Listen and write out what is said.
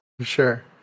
Sure